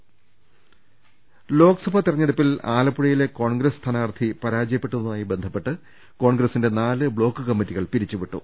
പിരിച്ചുവിട്ടു ലോക്സഭാ തെരഞ്ഞെടുപ്പിൽ ആലപ്പുഴയിലെ കോൺഗ്രസ് സ്ഥാനാർത്ഥി പരാജയപ്പെട്ടതുമായി ബന്ധപ്പെട്ട് കോൺഗ്ര സ്സിന്റെ നാല് ബ്ലോക്ക് കമ്മിറ്റികൾ പിരിച്ചുവിട്ടു